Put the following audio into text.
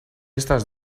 estas